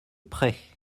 près